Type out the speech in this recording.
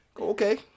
Okay